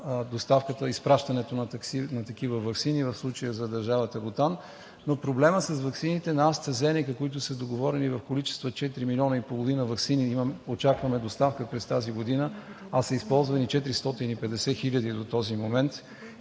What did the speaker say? договори изпращането на такива ваксини, в случая за държавата Бутан, но проблемът с ваксините на „Астра Зенека“, които са договорени в количество от 4,5 милиона ваксини – очакваме доставка през тази година, а са използвани 450 хиляди до този момент